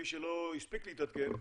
מי שלא הספיק להתעדכן,